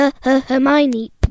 Hermione